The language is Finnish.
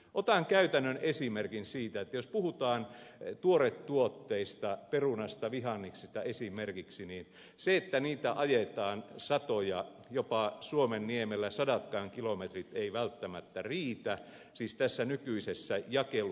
otan käytännön esimerkin siitä että jos puhutaan tuoretuotteista perunasta vihanneksista esimerkiksi niin sen sijaan että niitä ajetaan satoja kilometrejä suomenniemellä jopa sadatkaan kilometrin eivät välttämättä riitä tässä nykyisessä ja eu